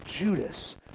Judas